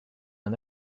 and